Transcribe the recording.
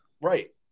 Right